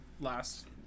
last